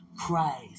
Christ